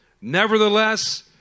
Nevertheless